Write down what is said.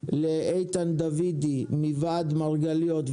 לאיתן דוידי מוועד מרגליות,